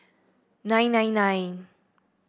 nine nine nine